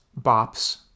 bops